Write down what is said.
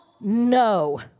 no